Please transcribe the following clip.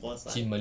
of course ah